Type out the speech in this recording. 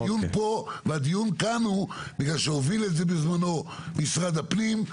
והדיון כאן בגלל שהוביל את זה בזמנו משרד הפנים.